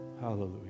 Hallelujah